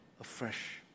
afresh